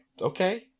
okay